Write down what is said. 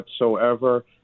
whatsoever